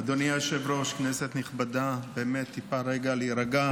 אדוני היושב-ראש, כנסת נכבדה, באמת טיפה להירגע.